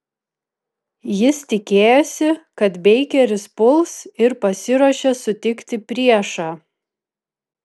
jis tikėjosi kad beikeris puls ir pasiruošė sutikti priešą